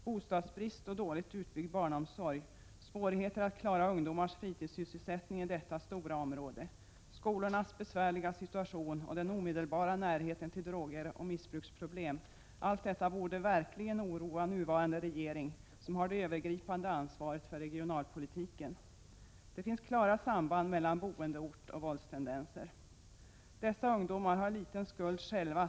Bostadsbrist och dåligt utbyggd barnomsorg, svårigheter att klara ungdomarnas fritidssysselsättning i detta stora område, skolornas besvärliga situation och den omedelbara närheten till droger och missbruksproblem — allt detta borde verkligen oroa den nuvarande regeringen, som har det övergripande ansvaret för regionalpolitiken. Det finns klara samband mellan boendeort och våldstendenser. Dessa ungdomar har själva en mycket liten skuld till sin situation.